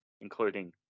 including